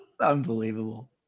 Unbelievable